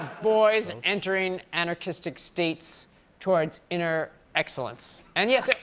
boys and entering anarchistic states towards inner excellence. and, yes,